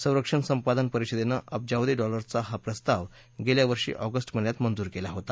संरक्षण संपादन परिषदेनं अब्जावधी डॉलरचा हा प्रस्ताव गेल्यावर्षी ऑगस्ट महिन्यात मंजूर केला होता